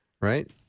right